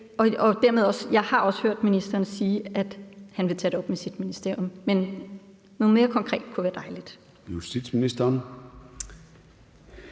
Jeg har også hørt ministeren sige, at han vil tage det op med sit ministerium, men noget mere konkret kunne være dejligt. Kl.